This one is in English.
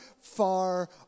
far